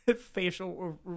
facial